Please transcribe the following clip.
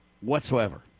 whatsoever